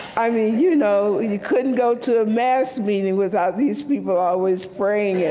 i mean you know you couldn't go to a mass meeting without these people always praying.